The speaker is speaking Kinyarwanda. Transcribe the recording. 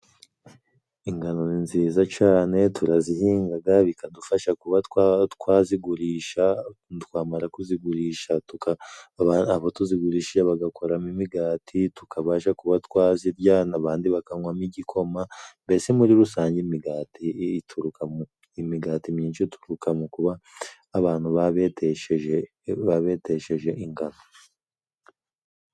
Ingano nziza cane, turazihingaga bikadufasha kuba twazigurisha, twamara kuzigurisha abo tuzigurishije bagakoramo imigati, tukabasha kuba twazirya n'abandi bakanywamo igikoma. Mbese muri rusange imigati ituruka, imigati myinshi ituruka mu kuba abantu babetesheje, babetesheje ingano.